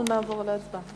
אנחנו נעבור להצבעה.